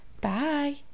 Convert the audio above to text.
Bye